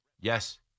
Yes